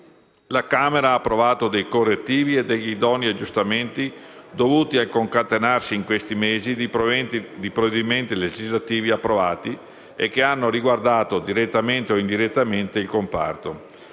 La Camera ha approvato dei correttivi e degli idonei aggiustamenti dovuti al concatenarsi in questi mesi di provvedimenti legislativi approvati che hanno riguardato direttamente o indirettamente il comparto,